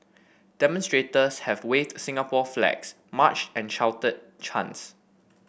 demonstrators have waved Singapore flags marched and shouted chants